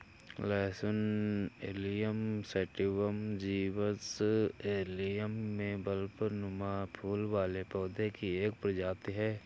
लहसुन allium sativum genus allium में बल्बनुमा फूल वाले पौधे की एक प्रजाति है